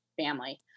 family